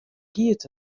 giet